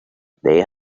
they